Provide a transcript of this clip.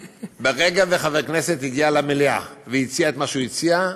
ברגע שחבר כנסת הגיע למליאה והציע את מה שהוא הציע,